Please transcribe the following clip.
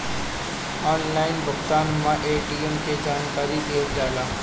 Online भुगतान में ATM के जानकारी दिहल जाला?